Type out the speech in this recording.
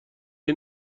این